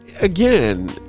Again